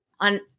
on